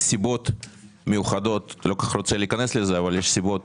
אני לא רוצה כל כך להיכנס לזה אבל יש סיבות